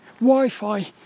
Wi-Fi